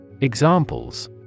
Examples